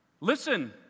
Listen